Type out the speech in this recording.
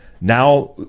Now